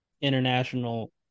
international